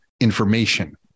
information